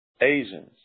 Asians